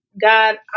God